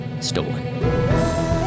stolen